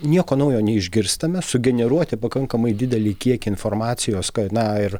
nieko naujo neišgirstame sugeneruoti pakankamai didelį kiekį informacijos na ir